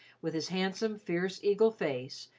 with his handsome, fierce, eagle face,